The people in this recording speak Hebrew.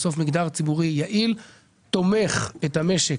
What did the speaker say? מגזר ציבורי יעיל תומך את המשק,